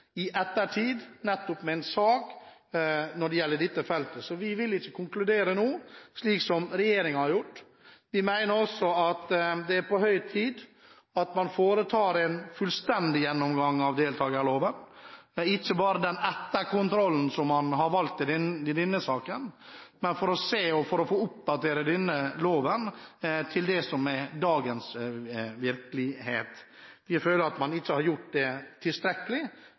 i ettertid med en sak når det gjelder dette feltet. Vi vil ikke konkludere nå, slik regjeringen har gjort. Vi mener også at det er på høy tid at man foretar en fullstendig gjennomgang av deltakerloven, ikke bare den etterkontrollen som man har valgt i denne saken, for å se på og oppdatere denne loven til det som er dagens virkelighet. Vi føler at man ikke har gjort det i tilstrekkelig